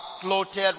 clothed